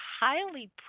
highly